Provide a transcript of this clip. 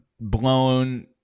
blown